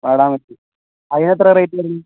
വാടാമല്ലി അതിന് എത്രയാണ് റേറ്റ് വരുന്നത്